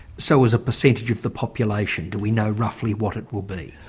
so as a percentage of the population, do we know roughly what it will be?